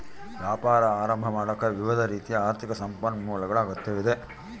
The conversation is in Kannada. ವ್ಯಾಪಾರ ಆರಂಭ ಮಾಡಾಕ ವಿವಿಧ ರೀತಿಯ ಆರ್ಥಿಕ ಸಂಪನ್ಮೂಲಗಳ ಅಗತ್ಯವಿದೆ